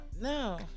No